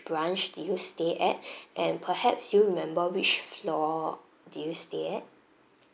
branch did you stay at and perhaps do you remember which floor did you stay at